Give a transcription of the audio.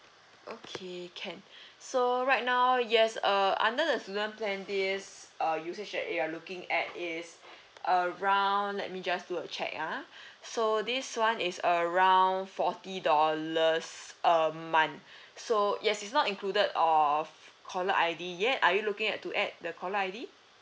okay can so right now yes err under the student plan this err usage that you are looking at is around let me just do a check ah so this one is around forty dollars a month so yes it's not included of caller I_D yet are you looking at to add the caller I_D